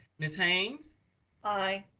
ms. haynes i.